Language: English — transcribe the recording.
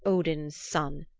odin's son,